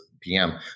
PM